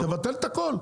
תבטל את הכל.